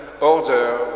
Order